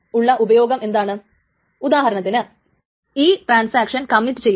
നേരത്തെ ഉണ്ടായിരുന്ന കേസുപോലെ തന്നെ റൈറ്റ് ടൈംസ്റ്റാമ്പിനെ അപ്ഡേറ്റ് ചെയ്യണം